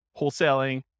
wholesaling